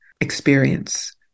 experience